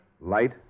Light